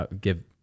give